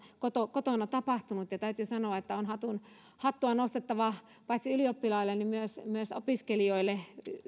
kotona tapahtunut täytyy sanoa että on hattua hattua nostettava paitsi ylioppilaille niin myös myös opiskelijoille